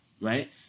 right